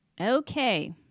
Okay